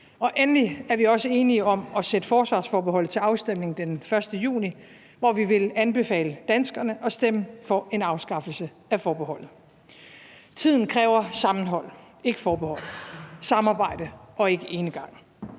Endelig er vi også enige om at sætte forsvarsforbeholdet til afstemning den 1. juni, hvor vi vil anbefale danskerne at stemme for en afskaffelse af forbeholdet. Tiden kræver sammenhold og ikke forbehold, samarbejde og ikke enegang.